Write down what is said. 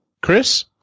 Chris